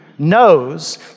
knows